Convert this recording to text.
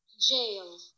Jail